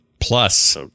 Plus